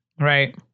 Right